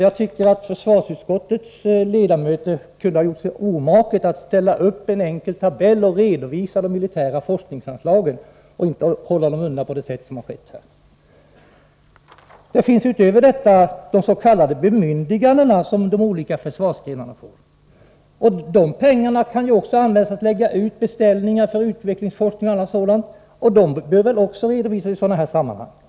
Jag tycker att försvarsutskottets ledamöter kunde ha gjort sig omaket att ställa upp en enkel tabell och redovisa de militära forskningsanslagen och inte hålla dem undan på det sätt som har skett här. Därutöver finns de s.k. bemyndigandena, som de olika försvarsgrenarna får. De pengarna kan också användas för att lägga ut beställningar på utveckling och forskning, och detta bör väl också redovisas i sådana här sammanhang.